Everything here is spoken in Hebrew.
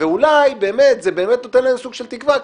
ואולי באמת זה נותן להם סוג של תקווה,